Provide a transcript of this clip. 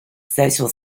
social